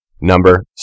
number